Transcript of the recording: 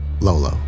Lolo